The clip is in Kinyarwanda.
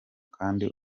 kandi